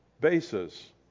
basis